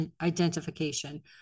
identification